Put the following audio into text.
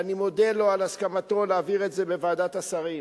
ואני מודה לו על הסכמתו להעביר את זה בוועדת השרים.